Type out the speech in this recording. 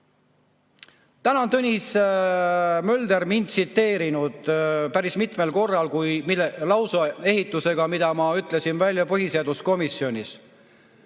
Täna on Tõnis Mölder mind tsiteerinud päris mitmel korral lauseehitusega, mida ma ütlesin välja põhiseaduskomisjonis: